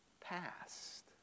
past